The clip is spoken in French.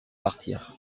partir